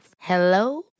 hello